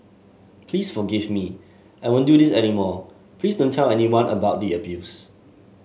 please forgive me I won't do this any more please don't tell anyone about the abuse